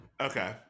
Okay